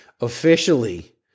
officially